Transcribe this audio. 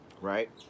right